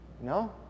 No